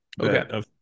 Okay